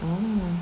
oo